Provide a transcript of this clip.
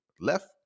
left